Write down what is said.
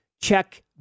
Check